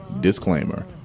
Disclaimer